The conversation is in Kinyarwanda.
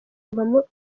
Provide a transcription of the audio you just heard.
kuvaho